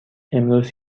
امروز